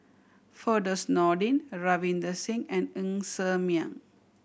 Firdaus Nordin Ravinder Singh and Ng Ser Miang